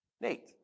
Nate